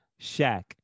Shaq